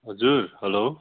हजुर हेलो